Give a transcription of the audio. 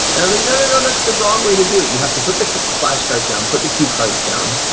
and i'm like, no, no, no, that's the wrong way to do it. you have to put the flashcards down, put the cue cards down,